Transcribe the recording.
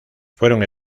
fueron